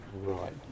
Right